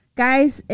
guys